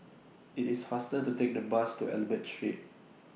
IT IS faster to Take The Bus to Albert Street